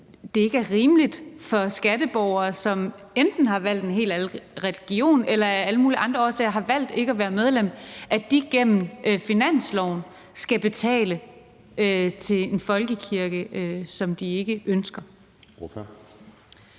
at det ikke er rimeligt for skatteborgere, som enten har valgt en helt anden religion eller af alle mulige andre årdager har valgt ikke at være medlem, gennem finansloven skal betale til en folkekirke, som de ikke ønsker.